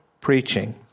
preaching